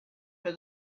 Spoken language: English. for